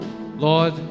Lord